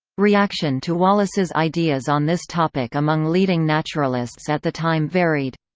reaction to wallace's ideas on this topic among leading naturalists at the time varied.